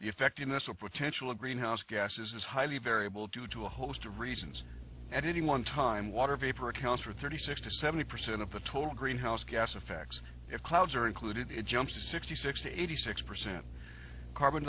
the effectiveness of potential greenhouse gases is highly variable due to a host of reasons at any one time water vapor accounts for thirty six to seventy percent of the total greenhouse gas affects if clouds are included it jumps to sixty six eighty six percent carbon